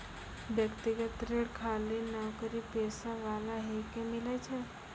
व्यक्तिगत ऋण खाली नौकरीपेशा वाला ही के मिलै छै?